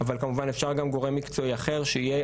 אבל כמובן אפשר גם גורם מקצועי אחר שיהיה